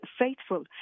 faithful